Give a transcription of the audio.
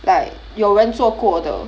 like 有人做过的